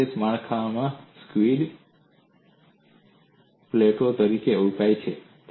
aerospace માળખાંમાં skewed Skewedત્રાંસી પ્લેટોનો ઉપયોગ થાય છે